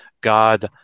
God